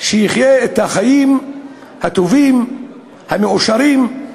שיחיה את החיים הטובים, המאושרים.